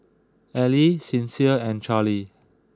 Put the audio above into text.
Allie Sincere and Charley